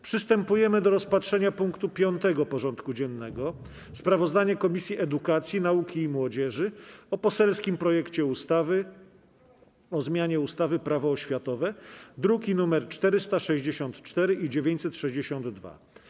Przystępujemy do rozpatrzenia punktu 5. porządku dziennego: Sprawozdanie Komisji Edukacji, Nauki i Młodzieży o poselskim projekcie ustawy o zmianie ustawy - Prawo oświatowe (druki nr 464 i 962)